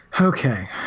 okay